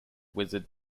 wizard